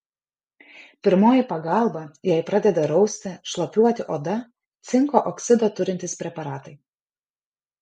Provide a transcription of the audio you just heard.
pirmoji pagalba jei pradeda rausti šlapiuoti oda cinko oksido turintys preparatai